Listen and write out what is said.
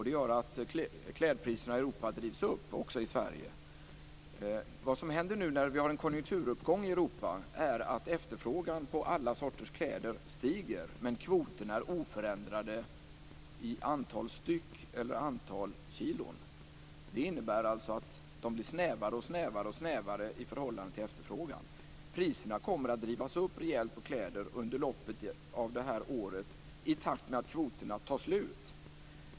Det gör att klädpriserna drivs upp i Europa, också i Vad som händer nu när vi har en konjunkturuppgång i Europa är att efterfrågan på alla sorters kläder stiger men kvoterna är oförändrade i antal styck eller antal kilon. Det innebär alltså att de blir snävare och snävare i förhållande till efterfrågan. Priserna kommer att drivas upp rejält på kläder under loppet av det här året, i takt med att kvoterna tar slut.